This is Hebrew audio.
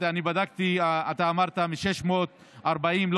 אתה אמרת מ-640,000,